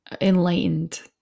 enlightened